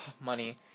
money